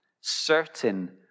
certain